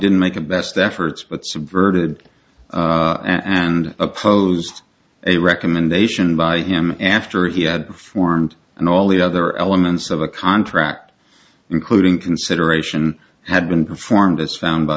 didn't make the best efforts but subverted and opposed a recommendation by him after he had formed and all the other elements of a contract including consideration had been performed as found by